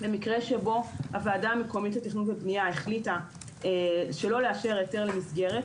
למקרה שבו הוועדה המקומית לתכנון ולבנייה החליטה לא לאשר היתר למסגרת,